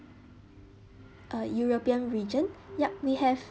uh european region yup we have